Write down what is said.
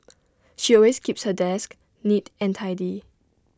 she always keeps her desk neat and tidy